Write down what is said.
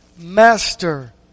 master